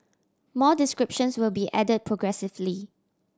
more descriptions will be add progressively